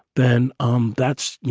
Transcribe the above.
then um that's you